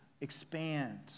expand